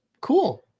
cool